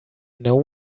know